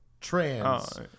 trans